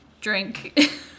drink